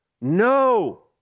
no